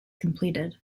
completed